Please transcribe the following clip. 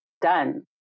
done